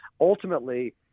ultimately